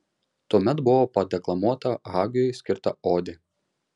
tuomet buvo padeklamuota hagiui skirta odė